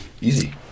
Easy